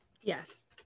Yes